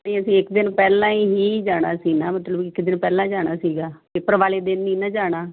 ਅਤੇ ਅਸੀਂ ਇੱਕ ਦਿਨ ਪਹਿਲਾਂ ਹੀ ਜਾਣਾ ਸੀ ਨਾ ਮਤਲਬ ਇੱਕ ਦਿਨ ਪਹਿਲਾਂ ਜਾਣਾ ਸੀਗਾ ਪੇਪਰ ਵਾਲੇ ਦਿਨ ਨਹੀਂ ਨਾ ਜਾਣਾ